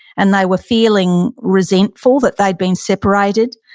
and they were feeling resentful that they'd been separated.